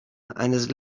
eines